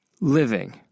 living